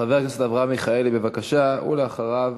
חבר הכנסת אברהם מיכאלי, בבקשה, ואחריו,